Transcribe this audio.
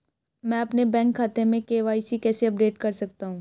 मैं अपने बैंक खाते में के.वाई.सी कैसे अपडेट कर सकता हूँ?